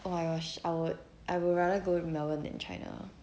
oh my gosh I would I would rather go to melbourne than china